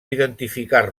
identificar